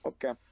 Okay